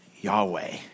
Yahweh